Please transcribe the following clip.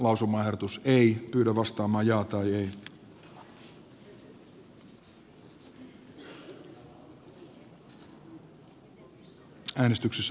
eila tiainen aino kaisa pekosen kannattamana